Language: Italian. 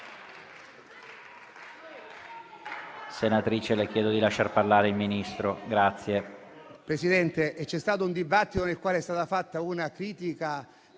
Senatrice, le chiedo di lasciar parlare il Ministro, grazie.